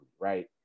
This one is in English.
right